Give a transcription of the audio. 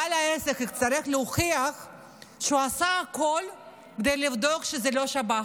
בעל העסק יצטרך להוכיח שהוא עשה הכול כדי לבדוק שזה לא שב"ח.